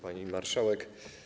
Pani Marszałek!